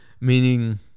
meaning